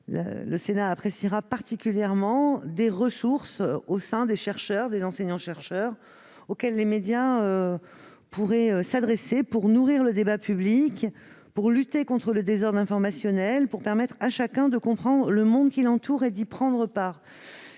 le Sénat l'appréciera particulièrement - des ressources au sein des enseignants-chercheurs, auxquels les médias pourraient s'adresser pour nourrir le débat public, pour lutter contre le désordre informationnel et pour permettre à chacun de comprendre le monde qui l'entoure et d'y prendre part.